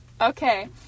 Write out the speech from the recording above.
Okay